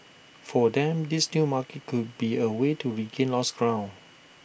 for them this new market could be A way to regain lost ground